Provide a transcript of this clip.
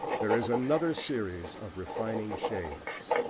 there is another series of refining shades.